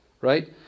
right